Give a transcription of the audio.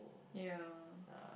ya